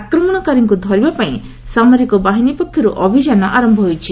ଆକ୍ରମଣକାରୀଙ୍କୁ ଧରିବା ପାଇଁ ସାମରିକ ବାହିନୀ ପକ୍ଷରୁ ଅଭିଯାନ ଆରମ୍ଭ ହୋଇଛି